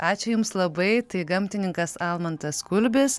ačiū jums labai tai gamtininkas almantas kulbis